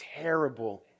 terrible